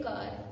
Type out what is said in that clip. God